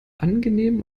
angenehm